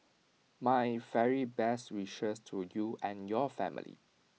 my very best wishes to you and your family